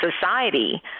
society